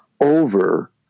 over